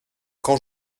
quand